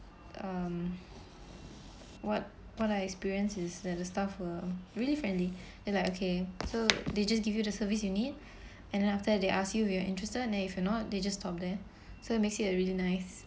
(um)what what I experience is that the staff were really friendly and like okay so they just give you the service you need and then after that they ask you if you are interested and then if you're not they just stop there so it makes it a really nice